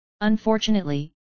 Unfortunately